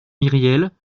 myriel